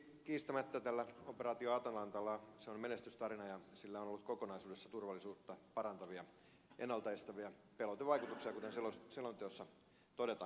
kiistämättä atalanta operaatio on menestystarina ja sillä on ollut kokonaisuudessaan turvallisuutta parantavia ennalta estäviä pelotevaikutuksia kuten selonteossa todetaan